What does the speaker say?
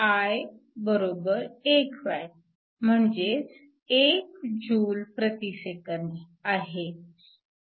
I 1 watt म्हणजेच 1 Js 1 आहे